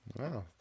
Wow